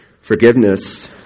Forgiveness